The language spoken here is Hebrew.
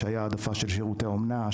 כשהייתה העדפה של שירותי אומנה,